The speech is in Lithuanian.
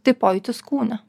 tai pojūtis kūne